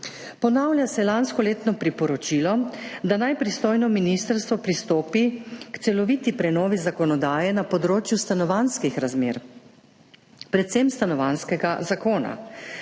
Ponavlja se lanskoletno priporočilo, da naj pristojno ministrstvo pristopi k celoviti prenovi zakonodaje na področju stanovanjskih razmer, predvsem Stanovanjskega zakona.